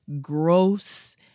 gross